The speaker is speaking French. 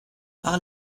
par